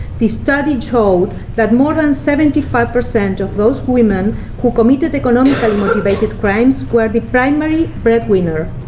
the study showed that more than seventy five percent of those women who committed economically-motivated crimes where the primary breadwinner.